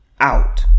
out